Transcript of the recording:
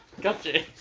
gotcha